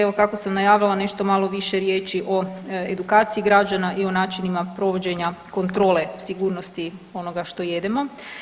Evo kako sam najavila nešto malo više riječi o edukaciji građana i o načinima provođenja kontrole sigurnosti onoga što jedemo.